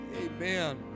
Amen